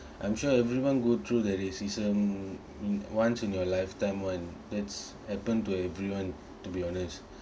I'm sure everyone go through that racism in once in your lifetime [one] that's happened to everyone to be honest